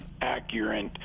accurate